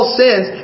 sins